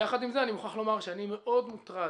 יחד עם זה, אני מוכרח לומר שאני מאוד מוטרד